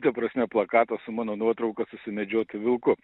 ta prasme plakatą su mano nuotrauka su sumedžiotu vilku